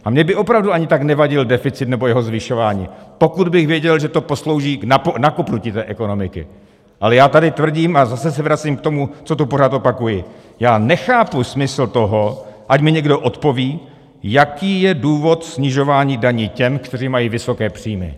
A mně by opravdu ani tak nevadil deficit nebo jeho zvyšování, pokud bych věděl, že to poslouží k nakopnutí ekonomiky, ale já tady tvrdím, a zase se vracím k tomu, co tu pořád opakuji já nechápu smysl toho, ať mi někdo odpoví, jaký je důvod snižování daní těm, kteří mají vysoké příjmy.